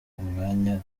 umwanya